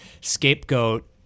scapegoat